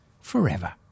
forever